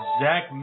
Zach